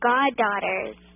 Goddaughters